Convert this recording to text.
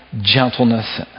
gentleness